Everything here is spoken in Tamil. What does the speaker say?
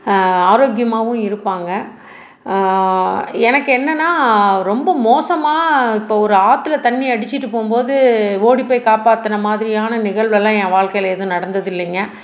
ஆரோக்கியமாகவும் இருப்பாங்க எனக்கு என்னன்னால் ரொம்ப மோசமாக இப்போ ஒரு ஆற்றில தண்ணி அடித்துட்டு போகும் போது ஓடி போய் காப்பாற்றின மாதிரியான நிகழ்வுகள்லாம் என் வாழ்க்கையில் எதுவும் நடந்தது இல்லைங்க